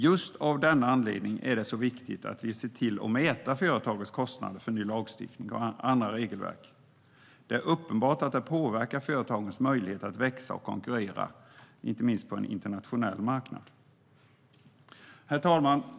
Just av denna anledning är det så viktigt att vi ser till att mäta företagens kostnader för ny lagstiftning och andra regelverk. Det är uppenbart att det påverkar företagens möjlighet att växa och konkurrera, inte minst på en internationell marknad. Herr talman!